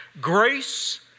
Grace